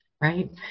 Right